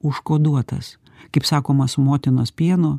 užkoduotas kaip sakoma su motinos pieno